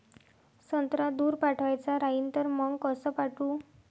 संत्रा दूर पाठवायचा राहिन तर मंग कस पाठवू?